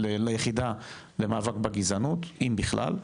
ליחידה למאבק בגזענות, אם בכלל?